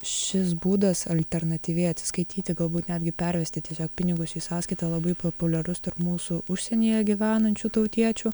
šis būdas alternatyviai atsiskaityti galbūt netgi pervesti tiesiog pinigus į sąskaitą labai populiarus tarp mūsų užsienyje gyvenančių tautiečių